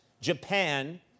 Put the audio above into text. Japan